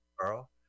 Carl